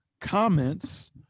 Comments